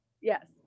Yes